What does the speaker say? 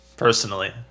Personally